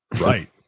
right